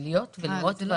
לראות הרבה